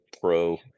pro